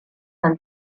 tal